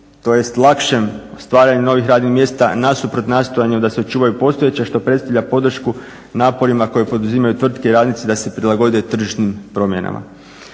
jest lakšem stvaranju novih radnih mjesta nasuprot nastojanju da sačuvaju postojeća što predstavlja podršku naporima koje poduzimaju tvrtke i radnici da se prilagode tržišnim promjenama.